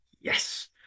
yes